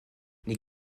les